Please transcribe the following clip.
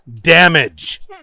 damage